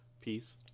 Peace